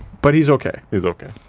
but he's okay. he's okay.